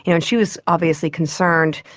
and she was obviously concerned,